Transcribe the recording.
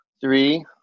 Three